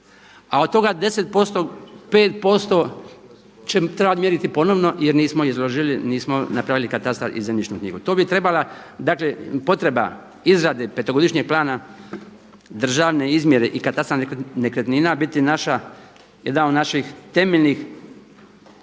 a od toga 10% 5% će trebati mjeriti ponovno jer nismo izložili, nismo napravili katastar i zemljišnu knjigu. To bi trebala, dakle potreba izrade petogodišnjeg plana državne izmjere i katastra nekretnina biti naša, jedna od naših temeljnih